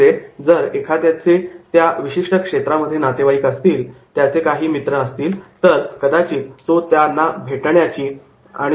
म्हणजे जर एखाद्याचे त्या विशिष्ट शहरांमध्ये नातेवाईक असतील त्याचे काही मित्र असतील तर कदाचित तो त्यांना भेटण्याची योजना आखत असे